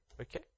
okay